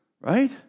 Right